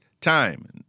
time